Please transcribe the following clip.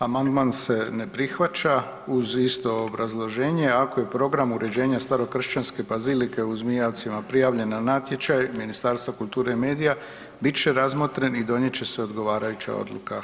Amandman se ne prihvaća uz isto obrazloženje ako je program uređenja starokršćanske bazilike u Zmijavcima prijavljeno na natječaj Ministarstva kulture i medija bit će razmotren i donijet će se odgovarajuća odluka.